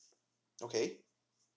okay